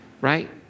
right